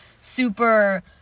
super